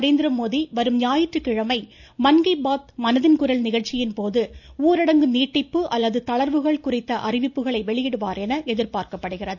நரேந்திரமோடி வரும் ஞாயிற்றுக்கிழமை மன் கி பாத் மனதின் குரல் நிகழ்ச்சியின்போது ஊரடங்கு நீட்டிப்பு அல்லது தளர்வுகள் குறித்த அறிவிப்புகளை வெளியிடுவார் என எதிர்பார்க்கப்படுகிறது